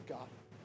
God